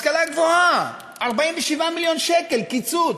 השכלה גבוהה, 47 מיליון שקל קיצוץ.